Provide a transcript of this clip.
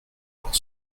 pour